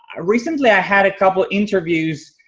ah recently, i had couple interviews,